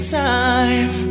time